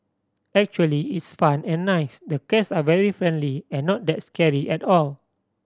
actually it's fun and nice the cats are very friendly and not that scary at all